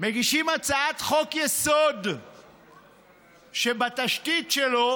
מגישים הצעת חוק-יסוד שבתשתית שלו